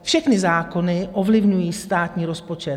Všechny zákony ovlivňují státní rozpočet.